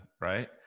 right